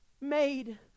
made